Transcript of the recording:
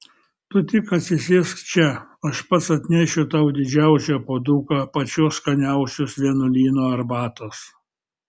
tu tik atsisėsk čia aš pats atnešiu tau didžiausią puoduką pačios skaniausios vienuolyno arbatos